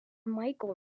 michael